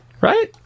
Right